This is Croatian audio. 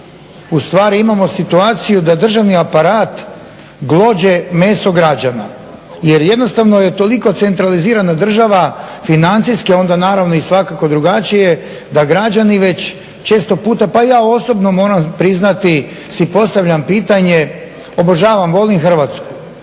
ustvari imamo situaciju da državni aparat glođe meso građana jer jednostavno je toliko centralizirana država financijski a onda naravno i svakako drugačije da građani već često puta pa i ja osobno moram priznati si postavljam pitanje, obožavam volim Hrvatsku.